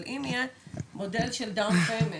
אבל אם יש מודל של down payment,